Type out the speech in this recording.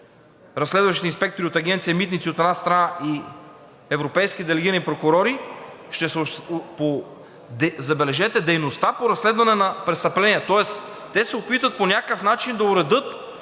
разследващи инспектори от Агенция „Митници“, от една страна, и европейски делегирани прокурори, по, забележете, дейността по разследване на престъпления“. Тоест те се опитват по някакъв начин да уредят